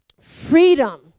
Freedom